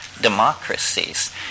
democracies